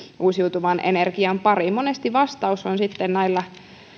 uusiutuvan energian pariin monesti vastaus on sitten näillä